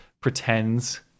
pretends